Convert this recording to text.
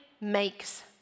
makes